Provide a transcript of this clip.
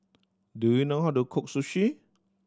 do you know how to cook Sushi